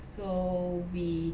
so we